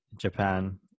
Japan